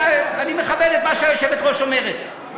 אני מכבד את מה שהיושבת-ראש אומרת.